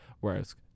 Whereas